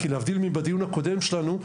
כי להבדיל מהדיון הקודם שלנו,